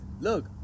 look